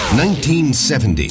1970